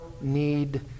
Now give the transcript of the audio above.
need